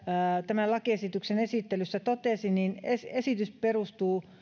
tämän lakiesityksen esittelyssä totesi esitys perustuu